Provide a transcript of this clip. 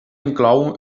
inclou